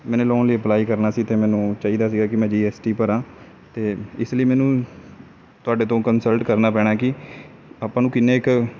ਮੈਨੇ ਲੋਨ ਲਈ ਅਪਲਾਈ ਕਰਨਾ ਸੀ ਅਤੇ ਮੈਨੂੰ ਚਾਹੀਦਾ ਸੀ ਗਾ ਕਿ ਮੈਂ ਜੀ ਐਸ ਟੀ ਭਰਾਂ ਅਤੇ ਇਸ ਲਈ ਮੈਨੂੰ ਤੁਹਾਡੇ ਤੋਂ ਕੰਸਲਟ ਕਰਨਾ ਪੈਣਾ ਕਿ ਆਪਾਂ ਨੂੰ ਕਿੰਨੇ ਕੁ